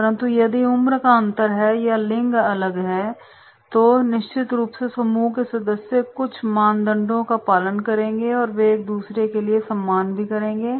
परंतु यदि उम्र का अंतर है या अलग लिंग हैं तो निश्चित रूप से समूह के सदस्य कुछ मानदंडों का पालन करेंगे और वे एक दूसरे के लिए सम्मान भी करेंगे